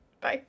Bye